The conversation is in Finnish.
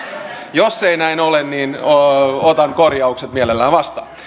jos ei näin ole otan korjaukset mielelläni vastaan